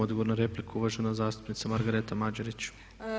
Odgovor na repliku uvažena zastupnica Margareta Mađerić.